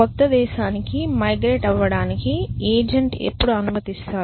క్రొత్త దేశానికి మైగ్రేట్ అవ్వడానికి ఏజెంట్ ఎప్పుడు అనుమతిస్తారు